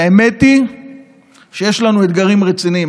והאמת היא שיש לנו אתגרים רציניים,